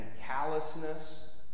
callousness